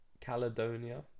Caledonia